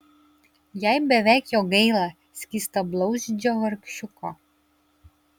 jai beveik jo gaila skystablauzdžio vargšiuko